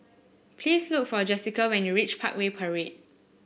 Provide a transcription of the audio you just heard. please look for Jessika when you reach Parkway Parade